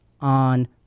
on